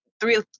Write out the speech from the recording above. three